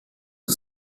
que